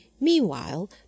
meanwhile